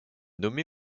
nommé